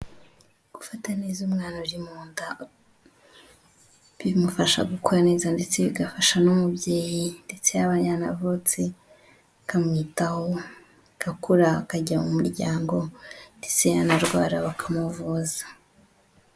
Gufata neza umwana uri mu nda, bimufasha gukura neza ndetse bigafasha n'umubyeyi ndetse Yaba yanavutse, bakamwitaho, agakura, akajya mu muryango, ndetse yanarwara bakamuvuza.